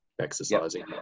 exercising